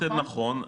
זה נכון,